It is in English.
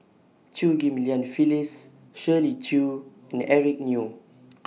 Chew Ghim Lian Phyllis Shirley Chew and Eric Neo